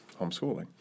homeschooling